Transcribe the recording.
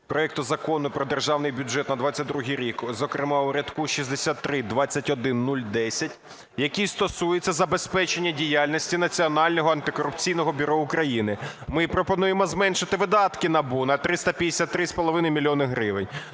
проекту Закону про Державний бюджет на 2022 рік. Зокрема у рядку 6321010, який стосується забезпечення діяльності Національного антикорупційного бюро України, ми пропонуємо зменшити видатки НАБУ на 353,5 мільйона